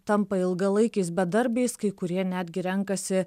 tampa ilgalaikiais bedarbiais kai kurie netgi renkasi